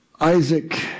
Isaac